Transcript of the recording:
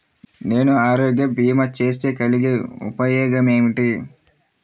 నేను ఆరోగ్య భీమా చేస్తే కలిగే ఉపయోగమేమిటీ?